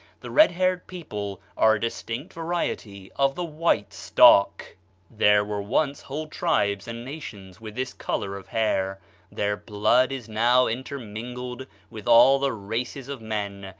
the red-haired people are a distinct variety of the white stock there were once whole tribes and nations with this color of hair their blood is now intermingled with all the races of men,